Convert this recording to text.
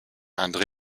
andere